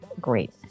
great